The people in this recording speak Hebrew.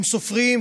אם סופרים,